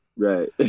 right